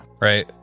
right